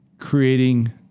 Creating